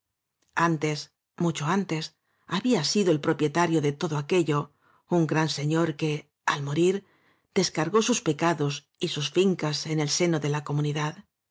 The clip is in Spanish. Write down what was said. antes mucho antes había sido el propietario de todo aquello un gran señor que al morir descargó sus pecados y sus fincas en el seno de la comuni